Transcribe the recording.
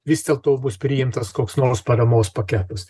vis dėlto bus priimtas koks nors paramos paketas